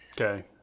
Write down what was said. Okay